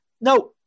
Now